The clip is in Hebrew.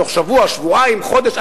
בתוך שבוע או שבועיים או חודש,